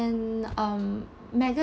and um